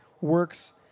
works